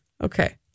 Okay